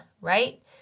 right